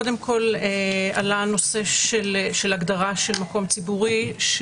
קודם כול, עלה הנושא של הגדרה של מקום ציבורי.